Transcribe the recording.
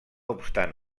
obstant